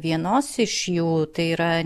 vienos iš jų tai yra